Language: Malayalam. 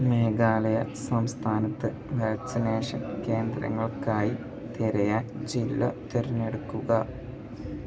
മേഘാലയ സംസ്ഥാനത്ത് വാക്സിനേഷൻ കേന്ദ്രങ്ങൾക്കായി തിരയാൻ ജില്ല തിരഞ്ഞെടുക്കുക